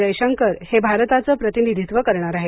जयशंकर हे भारताचं प्रतिनिधित्व करणार आहेत